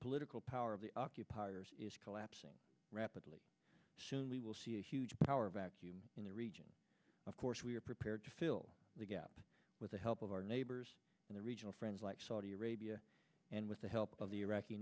political power of the occupiers is collapsing rapidly soon we will see a huge power vacuum in the region of course we are prepared to fill the gap with the help of our neighbors and the regional friends like saudi arabia and with the help of the iraqi